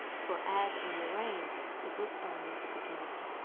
for ed and lorraine it was only the beginning.